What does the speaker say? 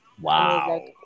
wow